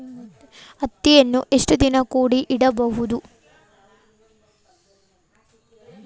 ಹತ್ತಿಯನ್ನು ಎಷ್ಟು ದಿನ ಕೂಡಿ ಇಡಬಹುದು?